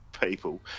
people